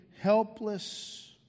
helpless